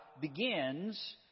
begins